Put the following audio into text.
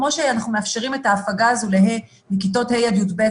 כמו שאנחנו מאפשרים את ההפוגה הזאת לכיתות ה' עד י"ב,